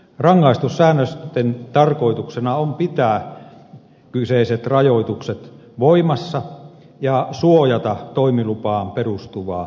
rangaistussäännösten tarkoituksena on pitää kyseiset rajoitukset voimassa ja suojata toimilupaan perustuvaa yksinoikeutta